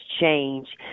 change